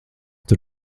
tur